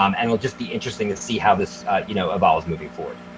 um and it'll just be interesting to see how this you know evolve moving forward.